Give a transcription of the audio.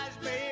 baby